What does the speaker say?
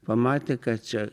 pamatė kad čia